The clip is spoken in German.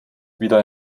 wieder